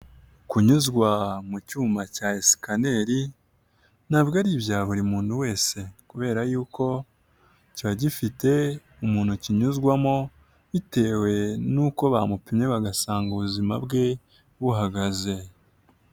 Kunyuzwa mu cyuma cya esikaneri, ntabwo ari ibya buri muntu wese. Kubera yuko kiba gifite umuntu kinyuzwamo, bitewe n'uko bamupimye bagasanga ubuzima bwe buhagaze.